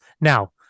Now